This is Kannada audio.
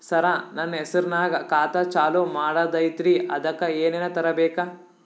ಸರ, ನನ್ನ ಹೆಸರ್ನಾಗ ಖಾತಾ ಚಾಲು ಮಾಡದೈತ್ರೀ ಅದಕ ಏನನ ತರಬೇಕ?